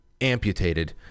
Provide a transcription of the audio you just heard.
amputated